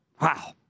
Wow